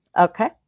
Okay